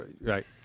Right